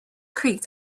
creaked